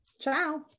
Ciao